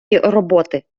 роботи